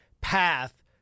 path